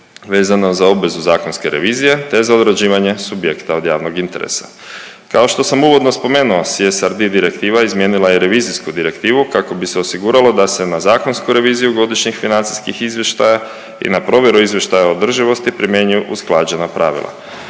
vezano za obvezu zakonske revizije te za određivanje subjekta od javnog interesa. Kao što sam uvodno spomenuo, CSRD direktiva izmijenila je revizijsku direktivu kako bi se osiguralo da se na zakonsku reviziju godišnjih financijskih izvještaja i na provjeru izvještaja o održivosti primjenjuju usklađena pravila.